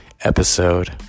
episode